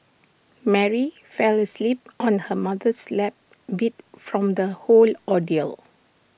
Mary fell asleep on her mother's lap beat from the whole ordeal